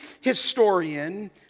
historian